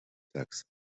texas